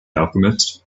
alchemist